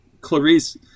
Clarice